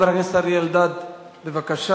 הצעה לסדר-היום מס'